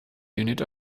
unit